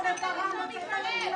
לא מתערב?